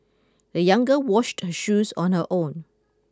the young girl washed her shoes on her own